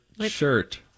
shirt